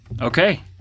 Okay